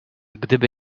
gdyby